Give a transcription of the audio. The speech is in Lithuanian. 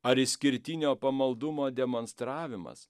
ar išskirtinio pamaldumo demonstravimas